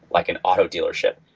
like an auto dealership.